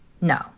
No